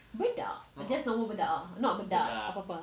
bedak just normal bedak ah not bedak apa-apa